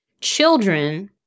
children